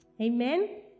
Amen